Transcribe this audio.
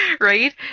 Right